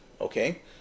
okay